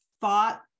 thought